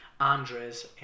Andres